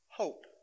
Hope